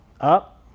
up